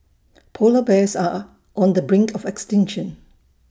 Polar Bears are on the brink of extinction